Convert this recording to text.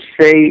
say